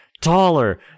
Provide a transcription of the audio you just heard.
Taller